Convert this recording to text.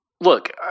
Look